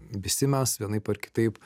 visi mes vienaip ar kitaip